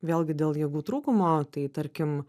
vėlgi dėl jėgų trūkumo tai tarkim